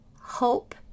hope